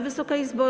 Wysoka Izbo!